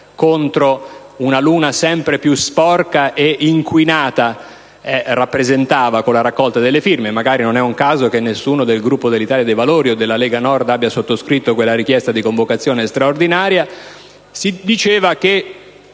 contro una luna sempre più sporca e inquinata, rappresentava con la raccolta delle firme. Forse non è un caso che nessuno dei Gruppi dell'Italia dei Valori o della Lega Nord abbia sottoscritto la richiesta di convocazione straordinaria. Egli ha detto